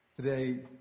today